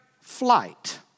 flight